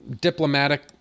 diplomatic